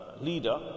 leader